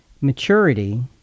Maturity